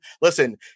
listen